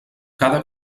cada